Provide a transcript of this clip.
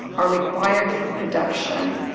are required for production.